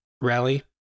rally